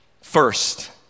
first